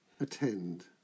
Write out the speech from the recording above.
Attend